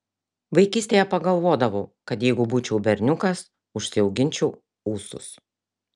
vaikystėje pagalvodavau kad jei būčiau berniukas užsiauginčiau ūsus